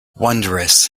wondrous